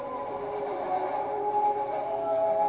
or